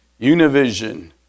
Univision